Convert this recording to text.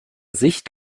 sicht